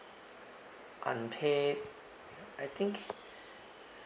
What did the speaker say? unpaid I think